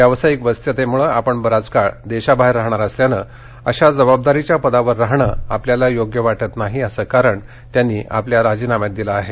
व्यावसायिक व्यस्ततेमुळे आपण बराच काळ देशाबाहेर राहणार असल्यानं अशा जबाबदारीच्या पदावर राहणं आपल्याला योग्य वाटत नाही असं कारण त्यांनी आपल्या राजीनाम्यात दिलं आहे